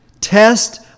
Test